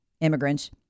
immigrants